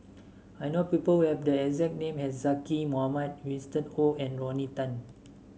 I know people who have the exact name as Zaqy Mohamad Winston Oh and Rodney Tan